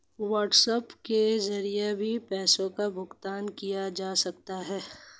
WhatsApp के जरिए भी पैसों का भुगतान किया जा सकता है